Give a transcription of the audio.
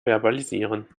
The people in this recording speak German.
verbalisieren